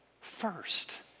first